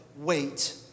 wait